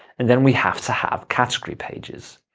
and then we have to have category pages.